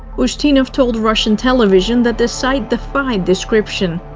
ustinov told russian television that the sight defied description.